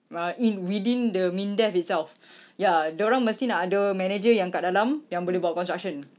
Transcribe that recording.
ah in within the MINDEF itself ya dia orang mesti nak ada manager yang kat dalam yang boleh buat construction